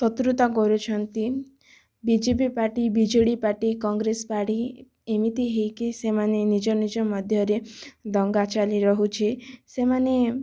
ଶତ୍ରୁତା କରୁଛନ୍ତି B J P party B J D party Congress party ଏମିତି ହେଇକି ସେମାନେ ନିଜ ନିଜ ମଧ୍ୟରେ ଦଙ୍ଗା ଚାଲି ରହୁଛି ସେମାନେ